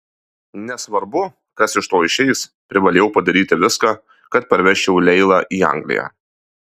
nesvarbu kas iš to išeis privalėjau padaryti viską kad parvežčiau leilą į angliją